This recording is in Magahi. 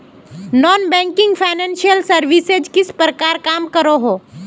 नॉन बैंकिंग फाइनेंशियल सर्विसेज किस प्रकार काम करोहो?